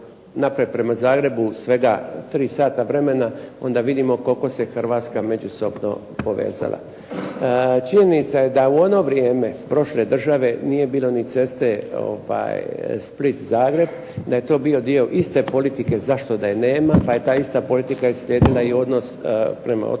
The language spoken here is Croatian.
naprijed prema Zagrebu sve tri sata vremena, onda vidimo koliko se Hrvatska međusobno povezala. Činjenica je da u ono vrijeme prošle države nije bilo ni ceste Split-Zagreb, da je to bio dio iste politike zašto da je nema pa je ta ista politika … /Govornik